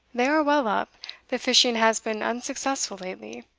they are well up the fishing has been unsuccessful lately.